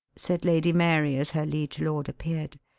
said lady mary as her liege lord appeared.